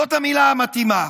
זאת המילה המתאימה.